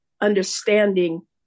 understanding